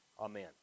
Amen